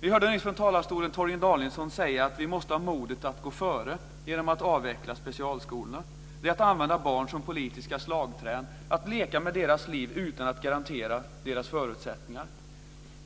Vi har hört Torgny Danielsson från talarstolen säga att man måste ha modet att gå före genom att avveckla specialskolorna. Det är att använda barn som politiska slagträn, att leka med deras liv utan att garantera deras förutsättningar.